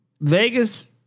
Vegas